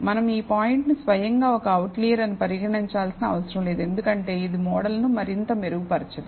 మనం ఈ పాయింట్ ను స్వయంగా ఒక అవుట్లియర్ అని పరిగణించాల్సిన అవసరం లేదు ఎందుకంటే ఇది మోడల్ను మరింత మెరుగుపరచదు